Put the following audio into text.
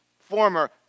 former